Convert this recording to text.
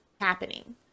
happening